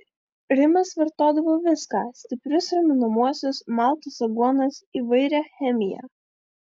rimas vartodavo viską stiprius raminamuosius maltas aguonas įvairią chemiją